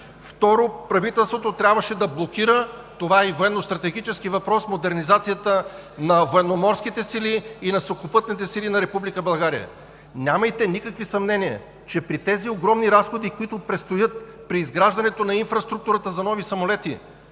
Второ, правителството трябваше да блокира – това е и военностратегически въпрос, модернизацията на военноморските сили и сухопътните сили на Република България. Нямайте никакви съмнения, че при тези огромни разходи, които предстоят при изграждането на инфраструктурата за нови самолети,